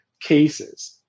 cases